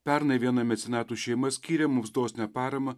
pernai viena mecenatų šeima skyrė mums dosnią paramą